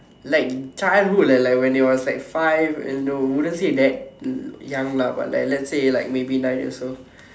like childhood leh when you was like five and you know wouldn't say that young lah maybe like nine years old